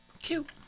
Cute